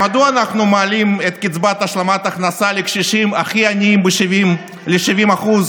יחד עם יושב-ראש הוועדה אנחנו מנהלים היום דיונים שונים בסעיפי חוק